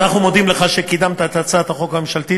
אז אנחנו מודים לך על כך שקידמת את הצעת החוק הממשלתית,